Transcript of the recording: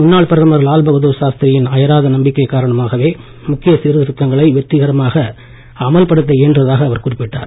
முன்னாள் பிரதமர் லால்பகதூர் சாஸ்திரியின் அயராத நம்பிக்கை காரணமாகவே முக்கிய சீர்திருத்தங்களை வெற்றிகரமாக அமல் படுத்த இயன்றதாக அவர் குறிப்பிட்டார்